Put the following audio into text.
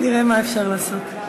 נראה מה אפשר לעשות.